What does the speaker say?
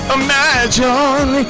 imagine